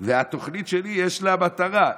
והתוכנית שלי, יש לה מטרה.